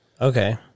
Okay